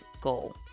goal